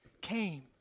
came